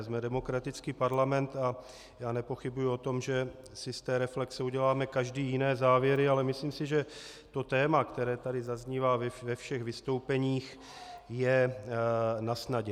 Jsme demokratický parlament a já nepochybuji o tom, že si z té reflexe uděláme každý jiné závěry, ale myslím si, že to téma, které tady zaznívá ve všech vystoupeních, je nasnadě.